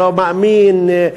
לא מאמין,